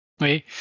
Oui